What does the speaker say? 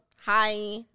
hi